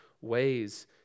ways